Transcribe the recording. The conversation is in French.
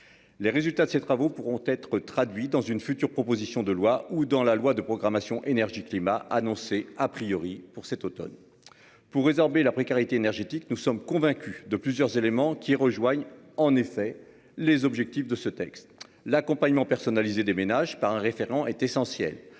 Les résultats de ces travaux pourront être traduits dans une future proposition de loi ou dans la loi de programmation énergie climat annoncé a priori pour cet Automne. Pour résorber la précarité énergétique. Nous sommes convaincus de plusieurs éléments qui rejoignent en effet les objectifs de ce texte, l'accompagnement personnalisé des ménages par un référent est essentielle.